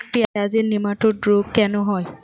পেঁয়াজের নেমাটোড রোগ কেন হয়?